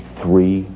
three